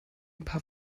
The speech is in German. paar